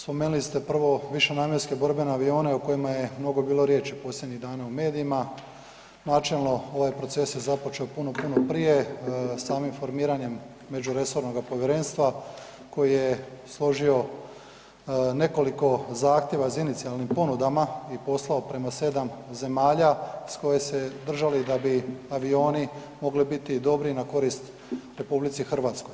Spomenuli ste prvo višenamjenske borbene avione o kojima je mnogo bilo riječi posljednjih dana u medijima, načelno ovaj proces je započeo puno, puno prije samim formiranjem međuresornoga povjerenstva koje je složio nekoliko zahtjeva za inicijalnim ponudama i poslao prema 7 zemalja ... držali da bi avioni mogli biti dobri na korist RH.